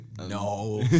No